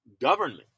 government